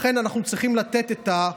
לכן אנחנו צריכים לתת את,